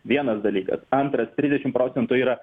vienas dalykas antras trisdešim procentų yra